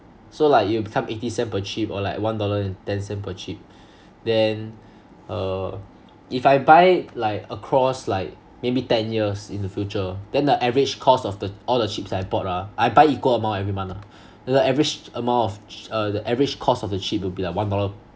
so like it will become eighty cent per chip or like one dollar and ten cents per chip then uh if I buy like across like maybe ten years in the future then the average cost of the all the chips I bought ah I buy equal amount every month lah the average amount of ch~ uh the average cost of the chip will be like one dollar